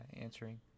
answering